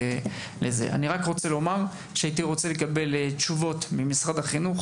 אני רק רוצה לומר שהייתי רוצה לקבל תשובות ממשרד החינוך